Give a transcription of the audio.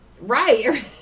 Right